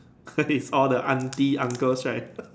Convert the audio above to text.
is all the auntie uncles right